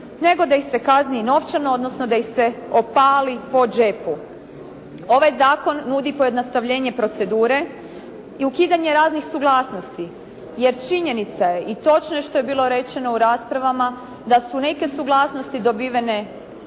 nego da ih se kazni i novčano, odnosno da ih se opali po džepu. Ovaj zakon nudi pojednostavljenje procedure i ukidanje raznih suglasnosti jer činjenica je i točno je što je bilo rečeno u raspravama da su neke suglasnosti dobivene